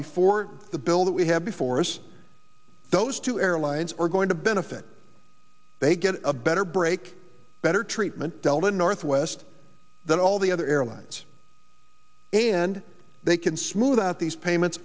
before the bill that we have before us those two airlines are going to benefit they get a better break better treatment delta northwest that all the other airlines and they can smooth out these payments